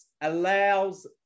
allows